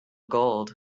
gold